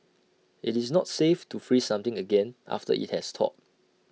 IT is not safe to freeze something again after IT has thawed